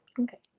okay.